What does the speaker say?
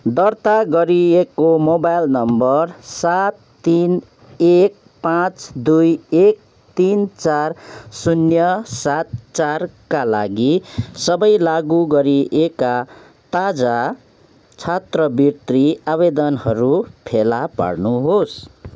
दर्ता गरिएको mobile number सात तिन एक पाँच दुई एक तिन चार शून्य सात चारका लागि सबै लागु गरिएका ताजा छात्रवृत्ति आवेदनहरू फेला पार्नुहोस्